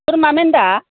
बोरमा मेन्दा